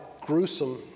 gruesome